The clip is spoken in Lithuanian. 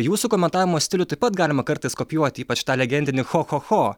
jūsų komentavimo stilių taip pat galima kartais kopijuoti ypač tą legendinį ho ho ho